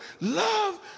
Love